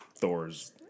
Thor's